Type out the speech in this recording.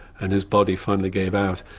and his body finally gave out.